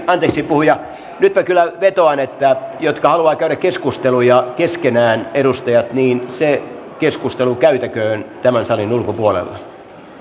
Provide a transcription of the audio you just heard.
anteeksi puhuja nyt minä kyllä vetoan niihin edustajiin jotka haluavat käydä keskusteluja keskenään että se keskustelu käytäköön tämän salin ulkopuolella